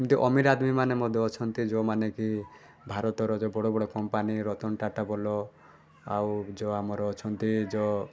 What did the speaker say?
କିନ୍ତୁ ଅମୀର ଆର୍ମିମାନେ ମଧ୍ୟ ଅଛନ୍ତି ଭାରତର ଯେଉଁ ବଡ଼ବଡ଼ କମ୍ପାନୀ ରତନ୍ ଟାଟା ବୋଲ୍ ଆଉ ଯେଉଁ ଆମର ଅଛନ୍ତି ଯେଉଁ